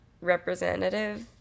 representative